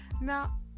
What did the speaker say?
now